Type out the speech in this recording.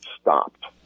stopped